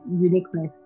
uniqueness